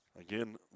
Again